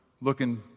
looking